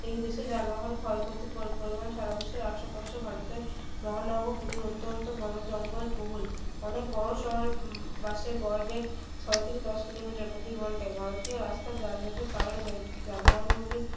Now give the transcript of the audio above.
এই দেশে যানবাহনের ক্ষয়ক্ষতির পরিমাণ সারা বিশ্বের আট শতাংশ ভারতে মহানগরগুলির অত্যন্ত ঘন জঙ্গলবহুল অনেক বড়ো শহরে বাসের গড়বেগ ছয় থেকে দশ কিলোমিটার প্রতি ঘন্টায় ভারতীয় রাস্তা যানযটের কারণে যানবাহনগুলি